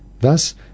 Thus